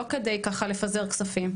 לא כדי ככה לפזר כספים,